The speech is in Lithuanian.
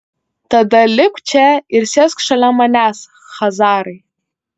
tada lipk čia ir sėsk šalia manęs chazarai